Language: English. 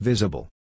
Visible